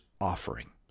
offering